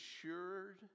assured